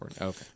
Okay